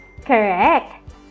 Correct